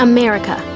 America